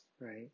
Right